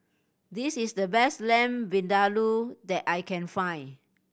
this is the best Lamb Vindaloo that I can find